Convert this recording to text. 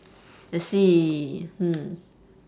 let's see hmm